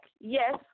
Yes